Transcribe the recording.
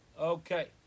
Okay